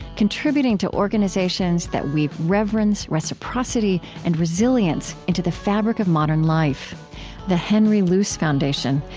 contributing to organizations that weave reverence, reciprocity, and resilience into the fabric of modern life the henry luce foundation,